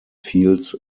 fields